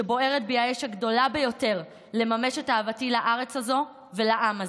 שבוערת בי האש הגדולה ביותר לממש את אהבתי לארץ הזאת ולעם הזה,